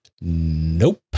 nope